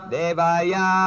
Devaya